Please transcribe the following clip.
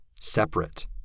separate